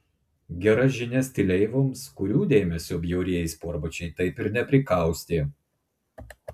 gera žinia stileivoms kurių dėmesio bjaurieji sportbačiai taip ir neprikaustė